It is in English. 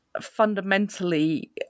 fundamentally